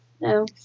No